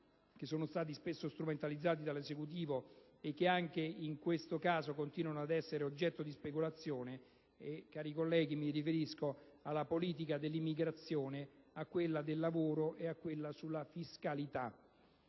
che sono stati spesso strumentalizzati dall'Esecutivo e che anche in questo caso continuano ad essere oggetto di speculazione: mi riferisco alla politica dell'immigrazione, a quella del lavoro e a quella sulla fiscalità,